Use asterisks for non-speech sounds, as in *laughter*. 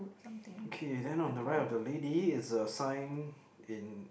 *breath* okay then on the right of the lady it's a sign in